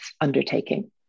undertaking